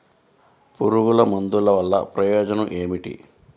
పురుగుల మందుల వల్ల ప్రయోజనం ఏమిటీ?